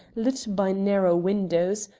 lit by narrow windows,